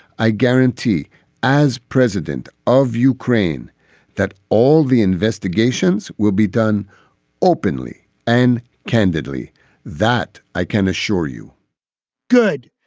i guarantee as president of ukraine that all the investigations will be done openly and candidly that i can assure you good,